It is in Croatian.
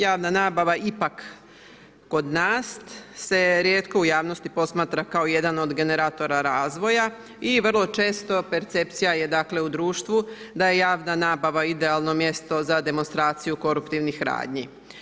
Javna nabava ipak kod nas se rijetko u javnosti posmatra kao jedan od generatora razvoja i vrlo često percepcija je u društvu da je javna nabava idealno mjesto za demonstraciju koruptivnih radni.